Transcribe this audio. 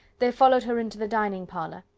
they followed her into the dining-parlour.